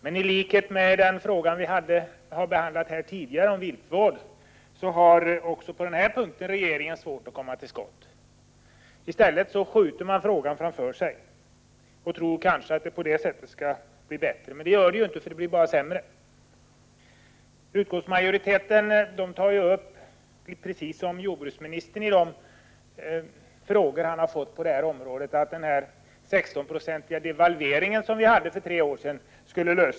Men i likhet med frågan om viltvård, som vi nyss behandlade, gäller också för den här frågan att regeringen har svårt att komma till skott. Regeringen skjuter i stället frågan framför sig och tror kanske att det på det sättet skall bli bättre, men det har ju visat sig att det bara blir sämre. Utskottsmajoriteten hänvisar i det här sammanhanget, precis som jordbruksministern har gjort i samband med de frågor som ställts till honom om detta, till den 16-procentiga devalveringen för tre år sedan.